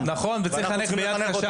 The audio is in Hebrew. למרות שאנחנו ערוכים,